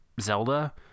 Zelda